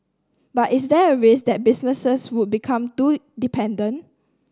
but is there a risk that businesses would become too dependent